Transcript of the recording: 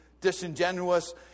disingenuous